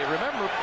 Remember